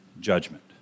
judgment